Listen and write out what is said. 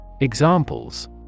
Examples